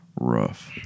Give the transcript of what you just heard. rough